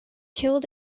killed